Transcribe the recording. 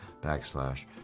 backslash